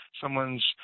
someone's